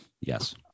Yes